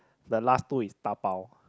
the last two is dabao